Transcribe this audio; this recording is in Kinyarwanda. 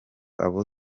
abo